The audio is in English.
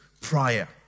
prior